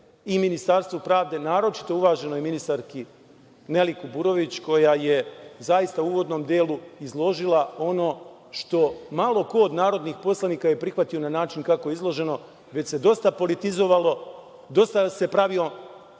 i Ministarstvu pravde, naročito uvaženoj ministarki Neli Kuburović, koja je zaista u uvodnom delu izložila ono što malo ko od narodnih poslanika je prihvatio na način kako je izloženo, već se dosta politizovalo, dosta se pravio